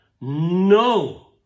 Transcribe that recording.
No